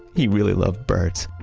he really loved birds.